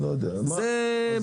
לא יודע, מה זה?